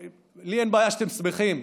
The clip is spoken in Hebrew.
לי אין בעיה שאתם שמחים,